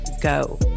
go